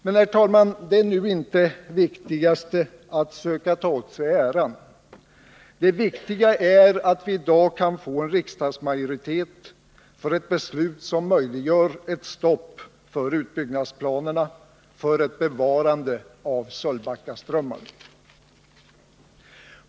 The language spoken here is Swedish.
Men, herr talman, det är nu inte det viktigaste att söka ta åt sig äran, det viktiga är att vi i dag kan få en riksdagsmajoritet för ett beslut som möjliggör ett stopp för utbyggnadsplanerna, för ett bevarande av Sölvbackaströmmarna.